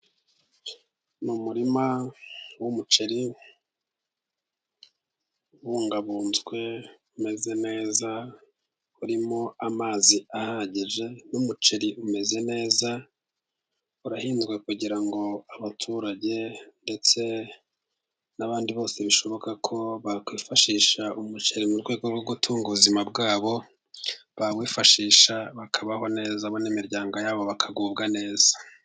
Mu murima w'umuceri ubungabunzwe, umeze neza, urimo amazi ahagije, n'umuceri umeze neza, urahinzwe kugira ngo abaturage ndetse n'abandi bose bishoboka ko bakwifashisha umuceri mu rwego rwo gutunga ubuzima bwabo, bawifashisha bakabaho neza bo n'imiryango yabo bakagubwa neza.